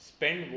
Spend